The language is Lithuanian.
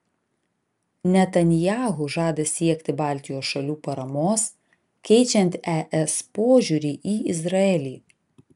netanyahu žada siekti baltijos šalių paramos keičiant es požiūrį į izraelį